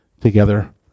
together